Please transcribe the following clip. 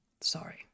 sorry